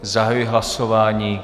Zahajuji hlasování.